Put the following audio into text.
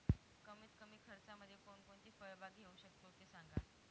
कमीत कमी खर्चामध्ये कोणकोणती फळबाग घेऊ शकतो ते सांगा